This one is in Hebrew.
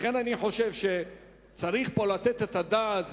לכן אני חושב שצריך פה לתת את הדעת.